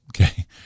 okay